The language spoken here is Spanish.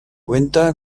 cuenta